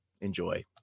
enjoy